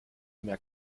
mehr